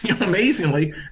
amazingly